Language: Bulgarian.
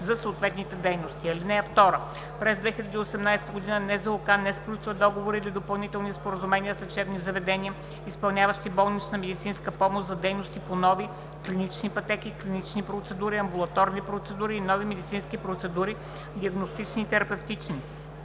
за съответните дейности. (2) През 2018 г. НЗОК не сключва договори или допълнителни споразумения с лечебните заведения, изпълняващи болнична медицинска помощ, за дейности по нови: клинични пътеки; клинични процедури; амбулаторни процедури и нови медицински процедури (диагностични и терапевтични)